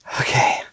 okay